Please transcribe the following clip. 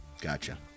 Gotcha